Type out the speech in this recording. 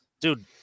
dude